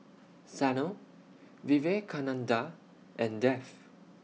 Sanal Vivekananda and Dev